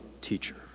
teacher